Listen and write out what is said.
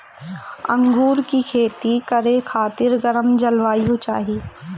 अंगूर के खेती करे खातिर गरम जलवायु चाही